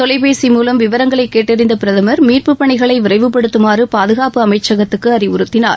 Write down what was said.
தொலைபேசி மூலம் விவரங்களை கேட்டறிந்த பிரதமர் மீட்பு பணிகளை விரைவுபடுத்துமாறு பாதுகாப்பு அமைச்சகத்துக்கு அறிவுறுத்தினார்